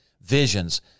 visions